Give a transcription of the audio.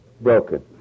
broken